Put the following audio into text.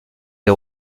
les